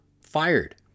fired